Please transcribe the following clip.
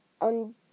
on